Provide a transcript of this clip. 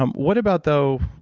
um what about though,